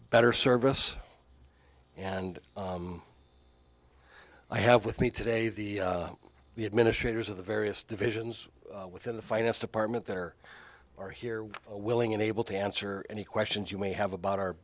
better service and i have with me today the the administrators of the various divisions within the finance department there or here were willing and able to answer any questions you may have about our